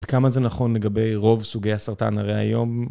עד כמה זה נכון לגבי רוב סוגי הסרטן הרי היום...